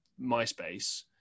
MySpace